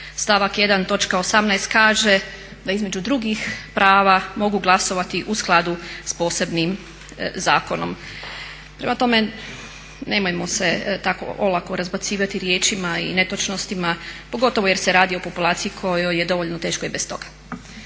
stavak 1. točka 18. kaže da između drugih prava mogu glasovati u skladu sa posebnim zakonom. Prema tome nemojmo se tako olako razbacivati riječima i netočnostima pogotovo jer se radi o populaciji kojoj je dovoljno teško i bez toga.